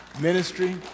ministry